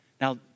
Now